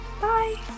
Bye